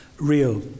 real